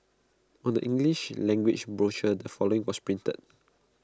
on the English language brochure the following was printed